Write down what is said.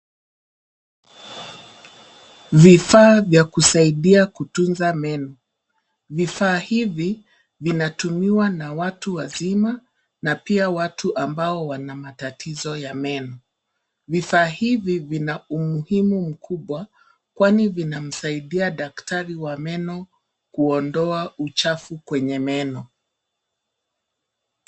Vifaa vya kusaidia kutunza meno. Vifaa hivi vinatumiwa na watu wazima, na pia watu ambao wana matatizo ya meno. Vifaa hivi vina umuhimu mkubwa kwani vinamsaidia daktari wa meno kuondoa uchafu kwenye meno.